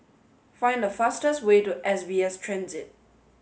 find the fastest way to S B S Transit